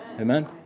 Amen